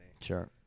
Sure